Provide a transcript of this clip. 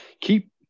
keep